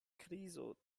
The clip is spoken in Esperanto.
krizo